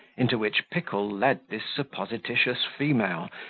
into which pickle led this supposititious female,